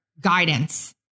guidance